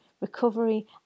recovery